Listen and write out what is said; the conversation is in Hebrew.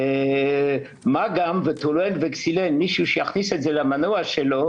אם מישהו יכניס טולואן וקסילין למנוע הרכב שלו,